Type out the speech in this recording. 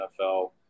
NFL